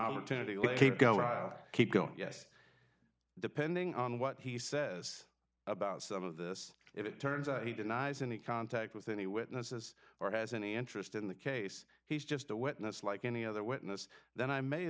opportunity to keep going yes depending on what he says about some of this if it turns out he denies any contact with any witnesses or has any interest in the case he's just a witness like any other witness that i may